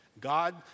God